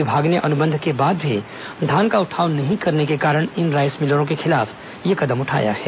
विभाग ने अनुबंध के बाद भी धान का उठाव नहीं करने के कारण इन राईस मिलरों के खिलाफ यह कदम उठाया है